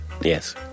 yes